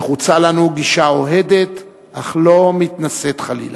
נחוצה לנו גישה אוהדת, אך לא מתנשאת, חלילה.